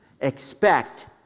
Expect